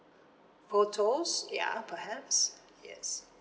photos ya perhaps yes